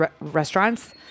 Restaurants